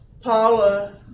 Paula